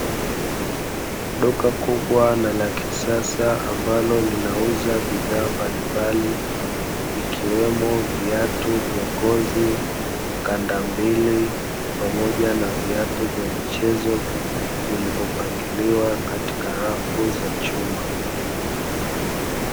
Duka kubwa na lakisasa llinalouza bidhaa mbalimbali, ikiwemo viatu vya ngozi, kanda mbili pamoja na viatu vya michezo vilivyopangiliwa katika rafu za chuma.